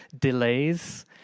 delays